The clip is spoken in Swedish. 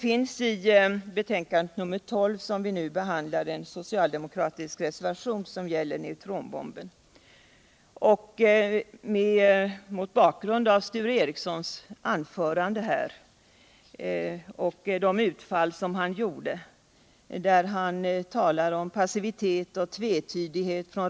Han talade om regeringens passivitet och tvetydighet när det gäller utrikespolitiken samt om den lama och idéfattiga nedrustningspolitiken osv.